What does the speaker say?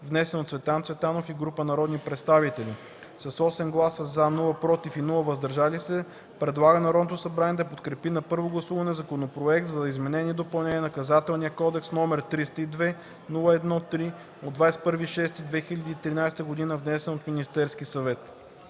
внесен от Цветан Цветанов и група народни представители; - с 8 гласа „за”, без „против” и „въздържали се” предлага на Народното събрание да подкрепи на първо гласуване Законопроект за изменение и допълнение на Наказателния кодекс, № 302-01-3/21.06.2013 г., внесен от Министерския съвет.”